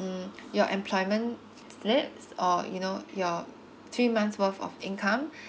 mm your employment slips or you know your three months worth of income